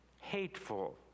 hateful